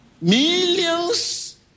Millions